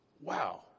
wow